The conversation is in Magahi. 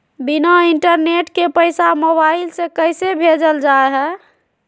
बिना इंटरनेट के पैसा मोबाइल से कैसे भेजल जा है?